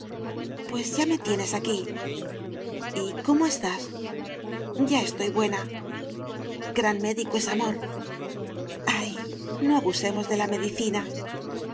pues ya me tienes aquí y cómo estás ya estoy buena gran médico es amor ay no abusemos de la medicina